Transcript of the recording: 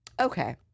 okay